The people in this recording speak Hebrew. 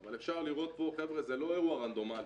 אבל אפשר לראות פה, חבר'ה זה לא אירוע רנדומלי.